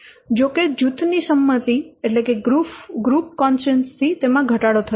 જો કે જૂથની સંમતિ થી તેમાં ઘટાડો થયો છે